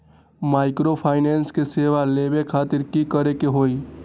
Microfinance के सेवा लेबे खातीर की करे के होई?